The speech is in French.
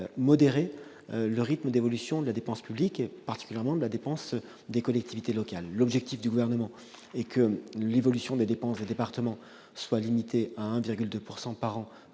modérer le rythme d'évolution de la dépense publique, particulièrement de la dépense des collectivités locales. L'objectif du Gouvernement est que l'évolution des dépenses des départements soit limitée à 1,2 % par an